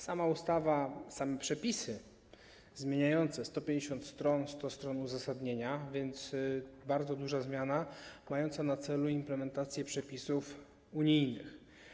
Same przepisy zmieniające to 150 stron, 100 stron uzasadnienia, więc to bardzo duża zmiana mająca na celu implementację przepisów unijnych.